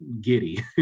giddy